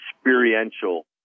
experiential